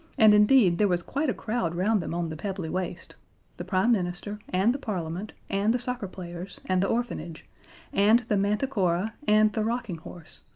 and indeed there was quite a crowd round them on the pebbly waste the prime minister and the parliament and the soccer players and the orphanage and the manticora and the rocking horse,